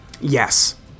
Yes